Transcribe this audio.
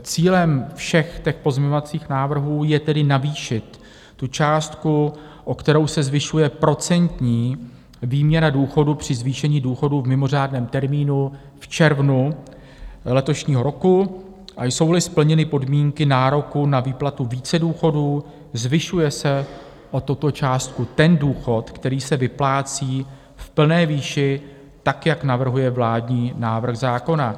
Cílem všech těch pozměňovacích návrhů je tedy navýšit částku, o kterou se zvyšuje procentní výměra důchodu při zvýšení důchodů v mimořádném termínu v červnu letošního roku, a jsouli splněny podmínky nároku na výplatu více důchodů, zvyšuje se o tuto částku ten důchod, který se vyplácí v plné výši tak, jak navrhuje vládní návrh zákona.